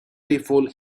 people